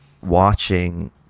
Watching